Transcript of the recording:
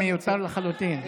מיותר לחלוטין.